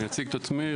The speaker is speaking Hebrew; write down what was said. אני אציג את עצמי.